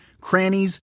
crannies